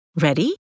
Ready